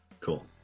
cool